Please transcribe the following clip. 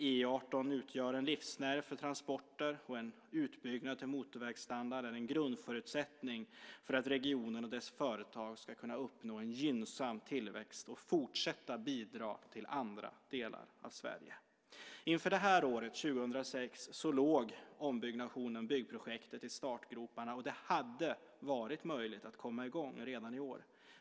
E 18 utgör en livsnerv för transporter, och en utbyggnad till motorvägsstandard är en grundförutsättning för att regionen och dess företag ska kunna uppnå en gynnsam tillväxt och fortsätta bidra till andra delar av Sverige. Inför detta år, 2006, låg ombyggnadsprojektet i startgroparna, och det hade varit möjligt att komma i gång redan i år.